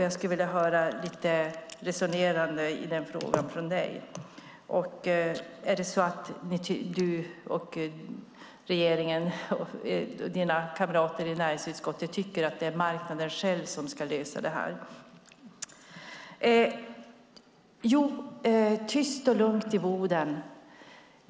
Jag vill höra dig resonera i frågan. Tycker regeringen och dina kamrater i näringsutskottet att det är marknaden själv som ska lösa problemet? Det sägs att det är tyst och lugnt i Boden.